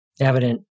evident